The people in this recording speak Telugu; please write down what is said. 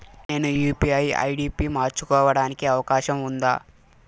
నేను యు.పి.ఐ ఐ.డి పి మార్చుకోవడానికి అవకాశం ఉందా?